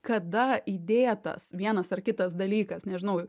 kada įdėtas vienas ar kitas dalykas nežinau